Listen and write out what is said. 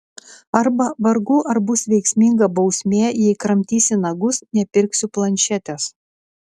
arba vargu ar bus veiksminga bausmė jei kramtysi nagus nepirksiu planšetės